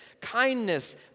kindness